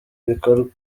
bikorwa